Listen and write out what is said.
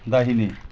दाहिने